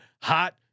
hot